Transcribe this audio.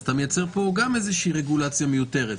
אז אתה מייצר פה גם איזו רגולציה מיותרת.